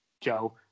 Joe